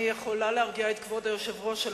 אני יכולה להרגיע את כבוד היושב-ראש.